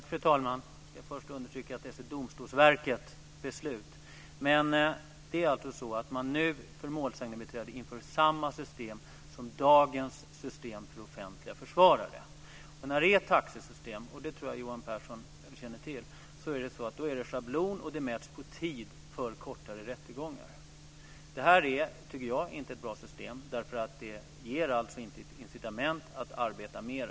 Fru talman! Först vill jag understryka att det är Det är alltså så att man nu för målsägandebiträden inför samma system som dagens system för offentliga försvarare. När det är taxesystem - det tror jag att Johan Pehrson känner till - är det schablon, och det mäts på tid för kortare rättegångar. Det här är inte, tycker jag, ett bra system därför att det inte ger incitament att arbeta mer.